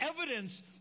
evidence